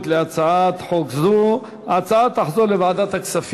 על הצעת חוק תגמול לנושאי משרה בתאגידים